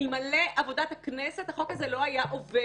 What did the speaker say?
אלמלא עבודת הכנסת, החוק הזה לא היה עובר.